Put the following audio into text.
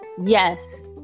yes